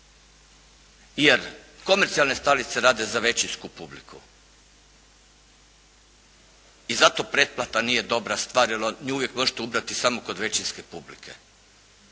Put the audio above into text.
jer komercijalne stanice rade za većinsku publiku. I zato pretplata nije dobra stvar jer nju uvijek možete ubrati samo kod većinske publike.